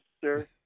sir